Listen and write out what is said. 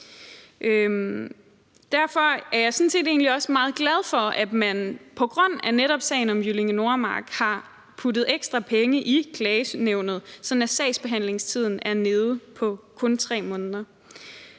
set også meget glad for, at man på grund af netop sagen om Jyllinge Nordmark har puttet ekstra penge i klagenævnet, sådan at sagsbehandlingstiden er nede på kun 3 måneder.